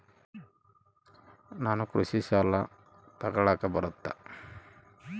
ನಾನು ಕೃಷಿ ಸಾಲ ತಗಳಕ ಬರುತ್ತಾ?